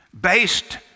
based